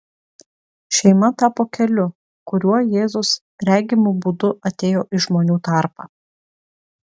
šeima tapo keliu kuriuo jėzus regimu būdu atėjo į žmonių tarpą